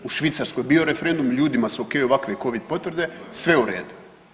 U Švicarskoj je bio referendum ljudima su ok ovakve covid potvrde, sve u redu.